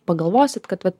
pagalvosit kad vat